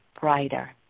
brighter